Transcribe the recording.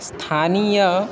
स्थानीय